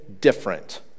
different